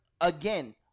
again